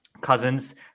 cousins